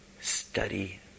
Study